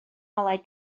ngolau